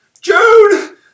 June